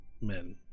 men